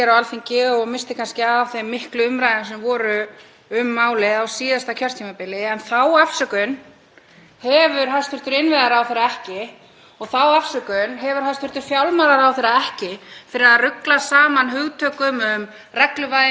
þá afsökun hefur hæstv. fjármálaráðherra ekki fyrir að rugla saman hugtökum um regluvæðingu, lögleiðingu og afglæpavæðingu, fyrir að koma hér með einhverjar fabúleringar um að kannski vanti einhver meðferðarúrræði áður en hægt verði að koma þessu máli í framkvæmd.